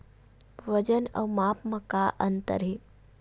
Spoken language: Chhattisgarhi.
वजन अउ माप म का अंतर हे?